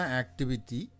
activity